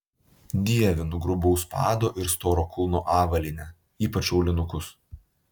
dievinu grubaus pado ir storo kulno avalynę ypač aulinukus